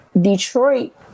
Detroit